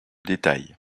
détails